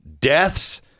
deaths